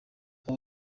aba